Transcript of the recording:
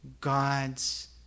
God's